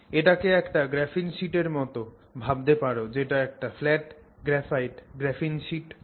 এটাকে একটা গ্রাফিন শিটের মতন ভাবতে পারো যেটা একটা ফ্ল্যাট গ্রাফাইট গ্রাফিন শিট ছিল